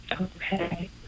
okay